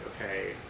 okay